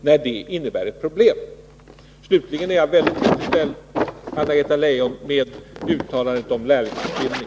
Slutligen vill jag framhålla att jag är tillfredsställd med Anna-Greta Leijons uttalande om en utbyggd lärlingsutbildning.